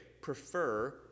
prefer